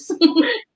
Yes